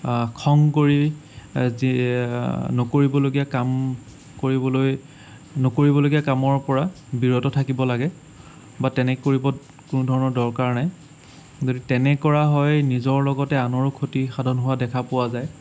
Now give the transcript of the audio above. খং কৰি যি নকৰিবলগীয়া কাম কৰিবলৈ নকৰিবলগীয়া কামৰ পৰা বিৰত থাকিব লাগে বা তেনে কৰিব কোনো ধৰণৰ দৰকাৰ নাই যদি তেনে কৰা হয় নিজৰ লগতে আনৰো ক্ষতি সাধন হোৱা দেখা পোৱা যায়